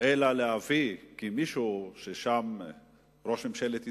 אלא להביא, כי מישהו שם, ראש ממשלת ישראל,